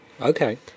Okay